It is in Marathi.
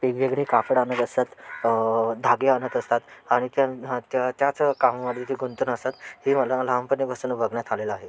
वेगवेगळे कापड आणत असतात धागे आणत असतात आणि त्या हा त्याच काममदे ते गुंतून असतात हे मला लहानपणीपासून बघण्यात आलेलं आहे